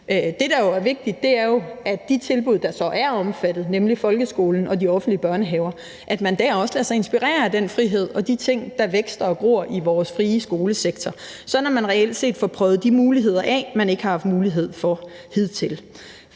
Det, der jo er vigtigt, er, at man ser på de tilbud, der så er omfattet, nemlig folkeskolen og de offentlige børnehaver, og at man der også lader sig inspirere af den frihed og de ting, der vækster og gror i vores frie skolesektor, sådan at man reelt set får prøvet de muligheder af, man ikke har haft en chance for at